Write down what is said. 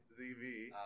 ZV